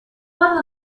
one